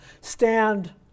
stand